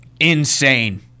insane